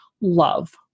love